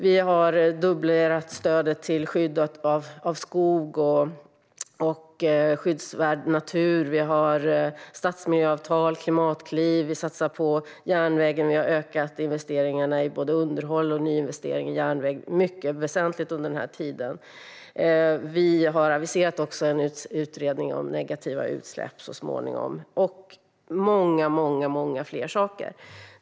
Vi har dubblerat stödet till skyddet av skog och skyddsvärd natur. Vi har stadsmiljöavtal och klimatkliv. Vi satsar på järnvägen, och vi har ökat investeringarna i både underhåll och nyinvestering av järnväg väsentligt under den här tiden. Vi har också aviserat en utredning om negativa utsläpp så småningom och många fler saker.